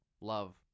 love